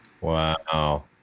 Wow